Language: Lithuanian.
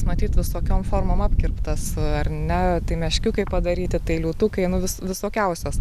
matyt visokiom formom apkirptas ar ne tai meškiukai padaryti tai liūtai nu vis visokiausios